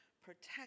protect